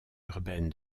urbaine